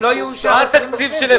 שאם לא יאושר תקציב 2020,